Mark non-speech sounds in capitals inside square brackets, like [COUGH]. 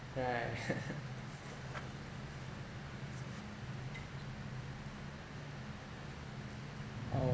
right [LAUGHS] oh